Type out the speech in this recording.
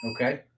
Okay